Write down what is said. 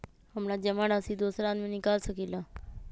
हमरा जमा राशि दोसर आदमी निकाल सकील?